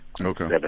okay